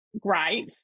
Great